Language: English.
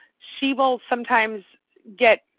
she will sometimes get.